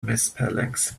misspellings